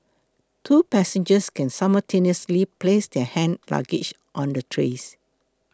two passengers can simultaneously place their hand luggage on the trays